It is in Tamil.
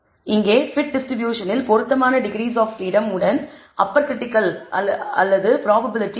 இங்கே fit டிஸ்ட்ரிபியூஷன் பொருத்தமான டிகிரீஸ் ஆப் பிரீடம் உடன் அப்பர் கிரிட்டிக்கல் அல்லது ப்ராப்பபிலிட்டி 0